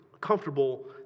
comfortable